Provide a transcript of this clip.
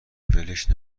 ولش